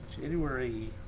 January